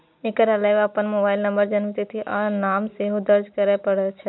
एकर अलावे अपन mobile number, जन्मतिथि आ नाम सेहो दर्ज करय पड़ै छै